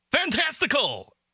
fantastical